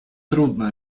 трудно